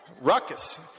ruckus